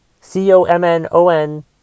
C-O-M-N-O-N